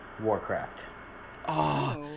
Warcraft